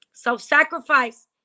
Self-sacrifice